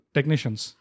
Technicians